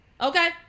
Okay